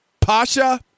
Pasha